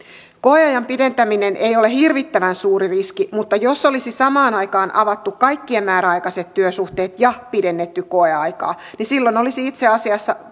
koeajan pidentäminen ei ole hirvittävän suuri riski mutta jos olisi samaan aikaan avattu kaikkien määräaikaiset työsuhteet ja pidennetty koeaikaa niin silloin olisi itse asiassa